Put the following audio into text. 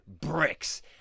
bricks